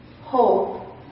hope